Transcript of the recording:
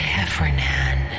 Heffernan